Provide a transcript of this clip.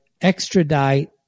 extradite